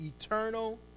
eternal